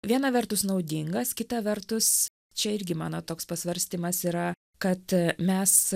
viena vertus naudingas kita vertus čia irgi mano toks pasvarstymas yra kad mes